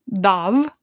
Dove